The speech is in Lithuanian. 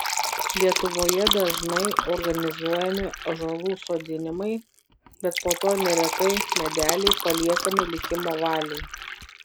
lietuvoje dažnai organizuojami ąžuolų sodinimai bet po to neretai medeliai paliekami likimo valiai